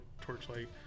Torchlight